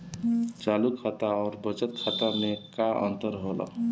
चालू खाता अउर बचत खाता मे का अंतर होला?